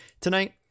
tonight